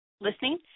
listening